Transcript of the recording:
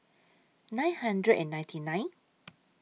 nine hundred and ninety nine